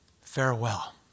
farewell